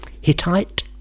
Hittite